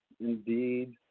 indeed